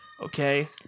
Okay